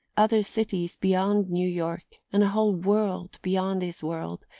other cities beyond new york, and a whole world beyond his world,